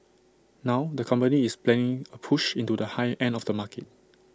now the company is planning A push into the high end of the market